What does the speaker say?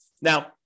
Now